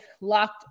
Locked